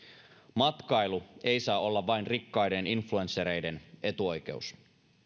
matkailu ei saa olla vain rikkaiden influenssereiden etuoikeus